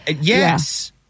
Yes